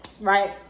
right